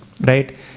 Right